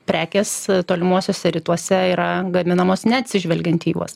prekės tolimuosiuose rytuose yra gaminamos neatsižvelgiant į juos